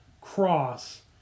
cross